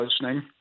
listening